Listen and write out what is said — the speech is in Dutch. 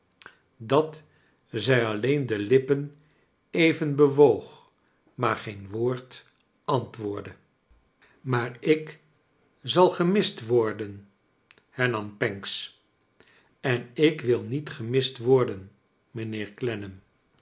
dat zij alleen de lippen even bewoog nuvar geen woord antwoordde maar ik zal gemist worden hernam pancks en ik wil niet gemist worden